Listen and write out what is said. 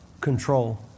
Control